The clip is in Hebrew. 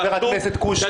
חברת הכנסת שטה.